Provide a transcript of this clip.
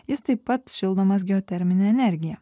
jis taip pat šildomas geotermine energija